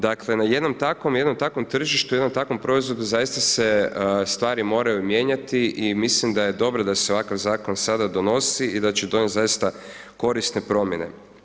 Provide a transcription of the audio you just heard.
Dakle na jednom takvom tržištu, jedno takvom proizvodu zaista se stvari moraju mijenjati i mislim da je dobro da se ovakav Zakon sada donosi i da će donijeti zaista korisne promijene.